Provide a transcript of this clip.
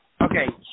Okay